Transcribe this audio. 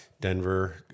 Denver